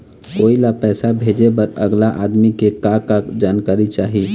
कोई ला पैसा भेजे बर अगला आदमी के का का जानकारी चाही?